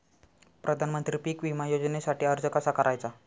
प्रधानमंत्री पीक विमा योजनेसाठी अर्ज कसा करायचा?